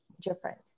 different